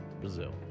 Brazil